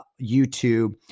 YouTube